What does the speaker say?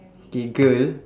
K girl